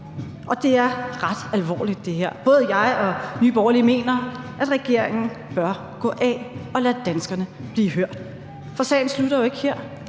og det her er ret alvorligt. Både jeg og Nye Borgerlige mener, at regeringen bør gå af og lade danskerne blive hørt. For sagen slutter jo ikke her.